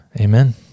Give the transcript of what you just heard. Amen